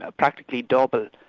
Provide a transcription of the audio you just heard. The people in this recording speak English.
ah practically double,